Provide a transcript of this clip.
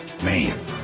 Man